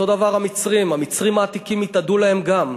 אותו דבר המצרים, המצרים העתיקים התאדו להם גם.